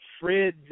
Fred